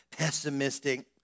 pessimistic